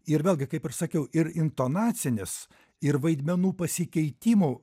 ir vėlgi kaip ir sakiau ir intonacinis ir vaidmenų pasikeitimo